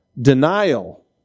denial